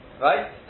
Right